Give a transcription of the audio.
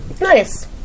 nice